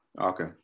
okay